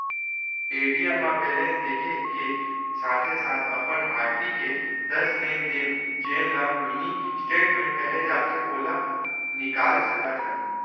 ATM म balance देखे के साथे साथ अपन आखरी के दस लेन देन जेन ल मिनी स्टेटमेंट कहे जाथे ओला निकाल सकत हन